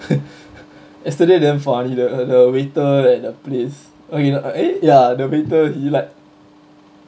yesterday damn funny the the waiter at the place oh you know uh eh ya the waiter he like